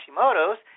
Hashimoto's